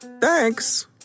Thanks